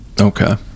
Okay